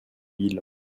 ville